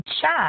chat